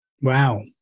Wow